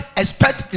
expect